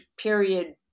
period